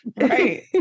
right